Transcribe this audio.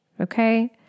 Okay